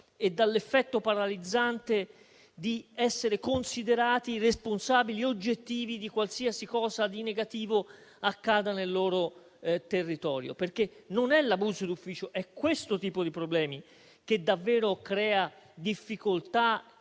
e dall'effetto paralizzante di essere considerati responsabili oggettivi di qualsiasi cosa di negativo accada nel loro territorio. Non è l'abuso d'ufficio, ma è questo tipo di problemi che davvero crea difficoltà